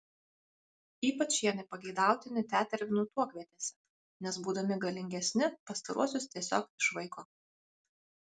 ypač jie nepageidautini tetervinų tuokvietėse nes būdami galingesni pastaruosius tiesiog išvaiko